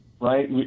right